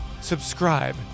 subscribe